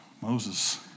Moses